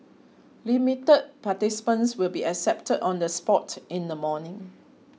limited participants will be accepted on the spot in the morning